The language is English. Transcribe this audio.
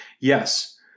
Yes